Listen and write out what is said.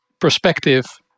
perspective